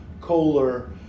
Kohler